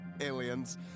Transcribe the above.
aliens